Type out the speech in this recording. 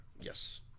Yes